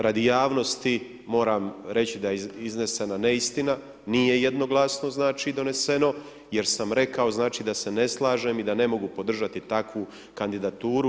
radi javnosti moram reći da je iznesena neistina, nije jednoglasno znači doneseno jer sam rekao, znači, da se ne slažem i da ne mogu podržati takvu kandidaturu.